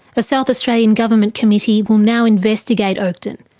a south australian government committee will now investigate oakden,